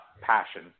passion